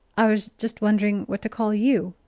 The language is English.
i was just wondering what to call you.